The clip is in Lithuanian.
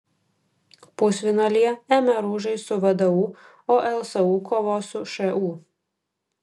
pusfinalyje mru žais su vdu o lsu kovos su šu